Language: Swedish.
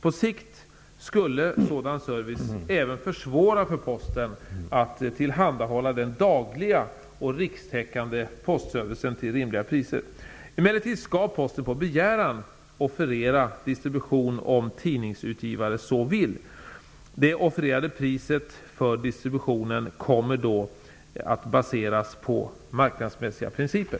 På sikt skulle sådan service även försvåra för Posten att tillhandahålla den dagliga och rikstäckande postservicen till rimliga priser. Emellertid skall Posten på begäran offerera distribution om tidningsutgivare så vill. Det offererade priset för distributionen kommer då att baseras på marknadsmässiga principer.